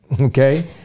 Okay